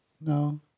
No